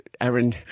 Aaron